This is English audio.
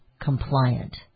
compliant